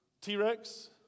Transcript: t-rex